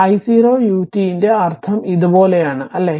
അതിനാൽ i0 ut ന്റെ അർത്ഥം ഇതുപോലെയാണ് അല്ലേ